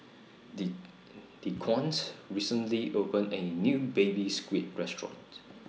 D Dequan recently opened A New Baby Squid Restaurant